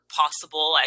possible